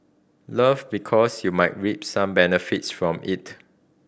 love because you might reap some benefits from it